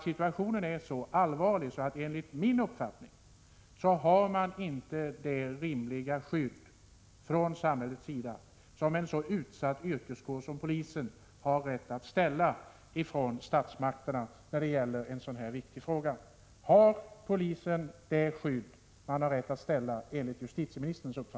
Situationen är enligt min uppfattning så allvarlig att samhället inte ger det rimliga skydd som en så utsatt yrkeskår som polisen har rätt att kräva av statsmakterna. Har alltså enligt justitieministerns uppfattning polisen det skydd man har rätt att begära?